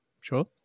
Sure